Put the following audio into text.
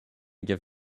give